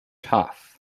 tough